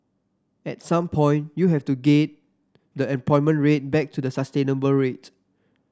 at some point you have to get the unemployment rate back to the sustainable rate